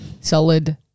Solid